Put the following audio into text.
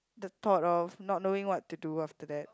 the thought of not knowing what to do after that